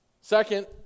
Second